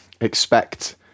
expect